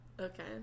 okay